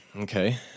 okay